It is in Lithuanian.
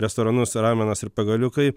restoranus ramenas ir pagaliukai